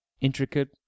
intricate